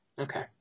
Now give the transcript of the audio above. Okay